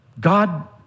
God